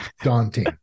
Daunting